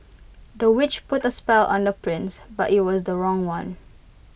the witch put A spell on the prince but IT was the wrong one